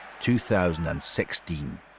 2016